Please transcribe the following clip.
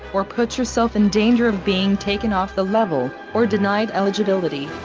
or put yourself in danger of being taken off the level, or denied eligibility,